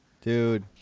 Dude